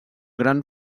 gran